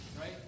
right